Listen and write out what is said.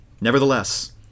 Nevertheless